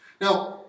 Now